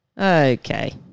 okay